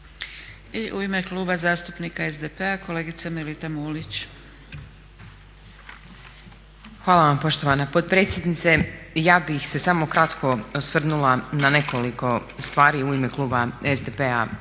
I u ime Kluba zastupnika SDP-a kolegica Melita Mulić. **Mulić, Melita (SDP)** Hvala vam poštovana potpredsjednice. Ja bih se samo kratko osvrnula na nekoliko stvari u ime kluba SDP-a.